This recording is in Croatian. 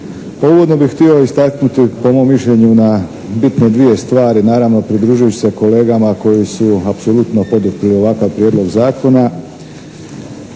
uvodno bih htio istaknuti po mom mišljenju na bitne dvije stvari naravno pridružujući se kolegama koji su apsolutno poduprli ovakav prijedlog zakona.